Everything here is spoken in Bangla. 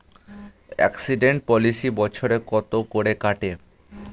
এক্সিডেন্ট পলিসি বছরে কত করে কাটে?